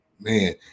Man